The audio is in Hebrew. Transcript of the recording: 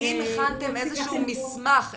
האם הכנתם איזשהו מסמך,